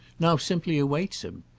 now simply awaits him.